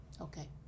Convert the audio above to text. Okay